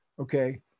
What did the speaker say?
okay